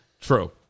True